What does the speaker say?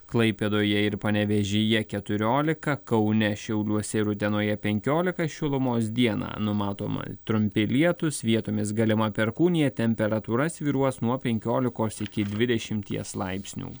klaipėdoje ir panevėžyje keturiolika kaune šiauliuose ir utenoje penkiolika šilumos dieną numatoma trumpi lietūs vietomis galima perkūnija temperatūra svyruos nuo penkiolikos iki dvidešimties laipsnių